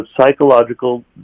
psychological